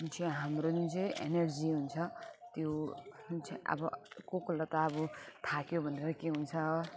जुन चाहिँ हाम्रोमा जे इनर्जी हुन्छ त्यो जुन चाहिँ अब कस कसलाई त अब थाक्यो भनेर के हुन्छ